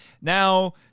now